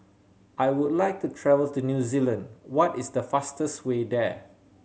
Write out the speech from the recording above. I would like to travel to New Zealand What is the fastest way there